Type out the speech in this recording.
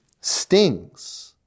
stings